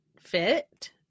fit